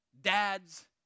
dad's